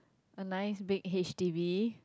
a nice big H_D_B